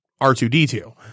R2-D2